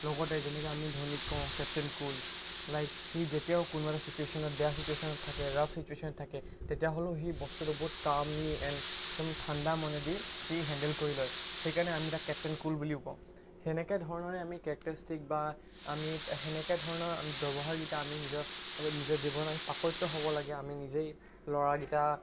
লগতে যেনেকৈ আমি ধোনিক কওঁ কেপ্টেইন কুল লাইক সি যেতিয়াও কোনোবা ছিটুৱেশ্যনত বেয়া ছিটুৱেশ্যনত থাকে ৰাফ ছিটুৱেশ্যনত থাকে তেতিয়াহ'লেও সি বস্তুটো বহুত কামলি এণ্ড একদম ঠাণ্ডা মনেদি সি হেণ্ডেল কৰি লয় সেইকাৰণে আমি তাক কেপ্টেইন কুল বুলিও কওঁ সেনেকৈ ধৰণৰে আমি কেৰেক্টাৰিষ্টিক বা আমি সেনেকৈ ধৰণৰ ব্যৱহাৰকেইটা আমি নিজৰ নিজৰ জীৱনত পাকৈত হ'ব লাগে আমি নিজেই ল'ৰাকেইটা